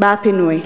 בא הפינוי.